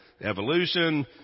evolution